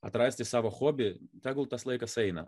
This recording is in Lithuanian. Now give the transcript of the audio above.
atrasti savo hobį tegul tas laikas eina